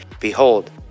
Behold